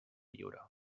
lliure